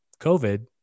COVID